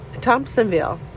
Thompsonville